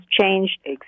changed